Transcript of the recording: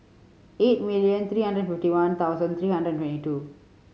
eight million three hundred fifty one thousand three hundred and twenty two